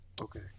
Okay